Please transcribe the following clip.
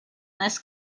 this